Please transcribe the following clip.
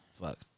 fuck